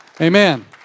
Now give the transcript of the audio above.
Amen